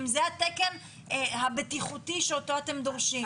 אם זה התקן הבטיחותי שאותו אתם דורשים.